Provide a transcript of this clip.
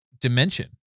dimension